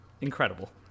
Incredible